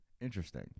Interesting